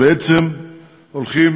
בעצם הולכים